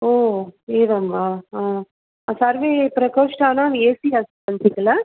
ओ एवं वा हा सर्वे प्रकोष्ठानाम् एसि सन्ति किल